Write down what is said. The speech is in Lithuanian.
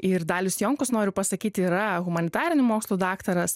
ir dalius jonkus noriu pasakyti yra humanitarinių mokslų daktaras